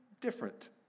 different